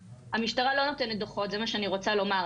המשטרה לא נותנת דו"חות, זה מה שאני רוצה לומר.